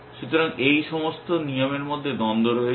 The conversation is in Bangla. সুতরাং এই সমস্ত নিয়মের মধ্যে দ্বন্দ্ব রয়েছে